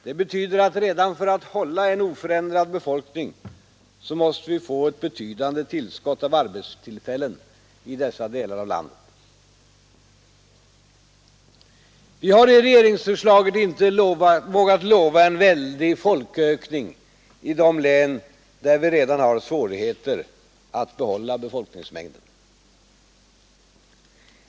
Det betyder att redan för att hålla en oförändrad befolkning så måste vi få ett betydande tillskott av arbetstillfällen i dessa delar av landet. Vi har i regeringsförslaget inte vågat lova en väldig folkökning i de län där vi redan har svårigheter att bibehålla befolkningsmängden.